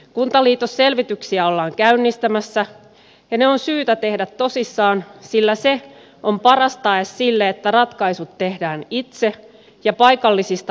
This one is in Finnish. kuntaliitosselvityksiä ollaan käynnistämässä ja ne on syytä tehdä tosissaan sillä se on paras tae sille että ratkaisut tehdään itse ja paikallisista lähtökohdista